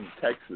Texas